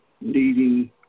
needing